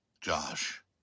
Josh